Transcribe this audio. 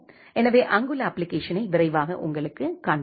எனவே அங்குள்ள அப்ப்ளிகேஷனை விரைவாக உங்களுக்குக் காண்பிப்பேன்